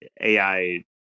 AI